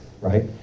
right